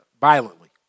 violently